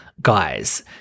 guys